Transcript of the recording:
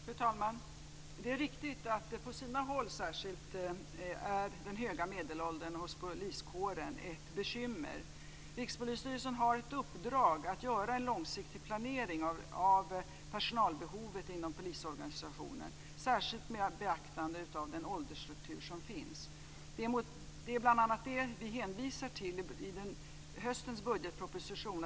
Fru talman! Det är riktigt att den höga medelåldern hos poliskåren på sina håll är ett bekymmer. Rikspolisstyrelsen har ett uppdrag att göra en långsiktig planering av personalbehovet inom polisorganisationen, särskilt med beaktande av den åldersstruktur som finns. Det är bl.a. detta som vi hänvisar till i höstens budgetproposition.